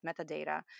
metadata